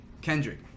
Kendrick